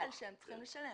להיטל שהם צריכים לשלם.